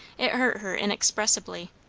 it hurt her inexpressibly.